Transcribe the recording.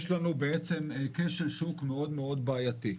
יש לנו כשל שוק מאוד מאוד בעייתי.